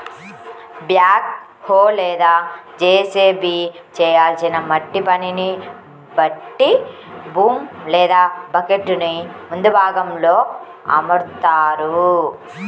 back హో లేదా JCB చేయాల్సిన మట్టి పనిని బట్టి బూమ్ లేదా బకెట్టుని ముందు భాగంలో అమరుత్తారు